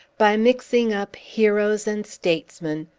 by mixing up heroes and statesmen,